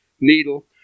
needle